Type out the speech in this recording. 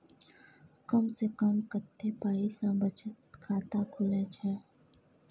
कम से कम कत्ते पाई सं बचत खाता खुले छै?